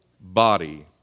body